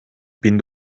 bin